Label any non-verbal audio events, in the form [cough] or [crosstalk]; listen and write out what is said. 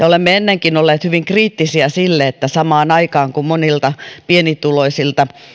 [unintelligible] olemme ennenkin olleet hyvin kriittisiä sille että kun monilta pienituloisilta